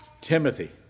Timothy